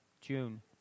June